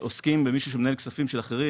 עוסקים במישהו שמנהל כספים של אחרים.